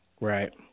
right